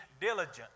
diligent